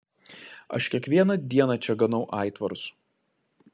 aš kiekvieną dieną čia ganau aitvarus